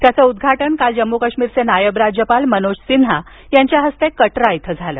त्याचं उद्घाटन काल जम्मू आणि काश्मीरचे नायब राज्यपाल मनोज सिन्हा यांच्या हस्ते कटरा इथं झालं